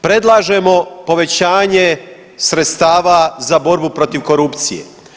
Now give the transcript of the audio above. Predlažemo povećanje sredstava za borbu protiv korupcije.